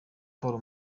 paul